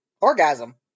orgasm